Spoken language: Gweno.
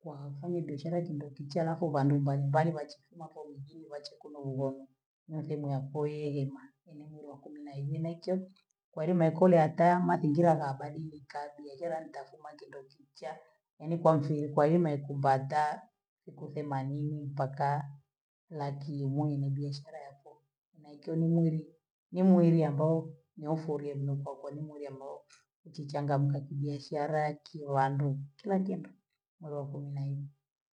kwa fanya biashara kindo kichaa halafu vandu vanu vanu bachikima koigini bache kunu uvono, musemu ya kwelima eneno lwakumina ivineke, kwaeli maikoro yataa mazingira na ya badilika biashara ntasema kindo kichaaa, ene kwanchi kwa hii nayekupataa sikusema mimi ntakaa, laki mwene biashara yaku naikiwa ni mwili, ni mwili ambao ni ufedheli kwakua nimule roho ichi changamka kibiashara kiwambu kila nkitu moro wa kuminaini.